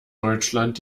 deutschland